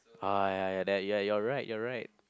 ah ya ya that you're you're right you're right